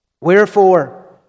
Wherefore